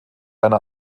eine